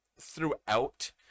throughout